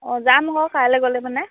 অঁ যাম আকৌ কাইলৈ গ'লে মানে